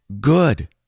good